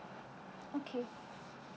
okay